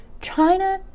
China